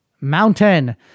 mountain